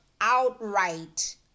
outright